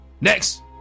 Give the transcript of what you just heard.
Next